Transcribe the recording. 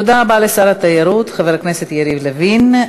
תודה רבה לשר התיירות חבר הכנסת יריב לוין.